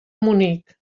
munic